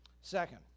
Second